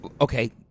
okay